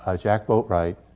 ah jack boatwright.